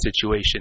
situation